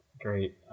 Great